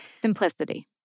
Simplicity